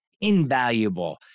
invaluable